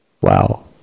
Wow